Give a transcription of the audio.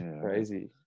Crazy